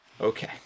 okay